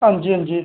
हांजी हांजी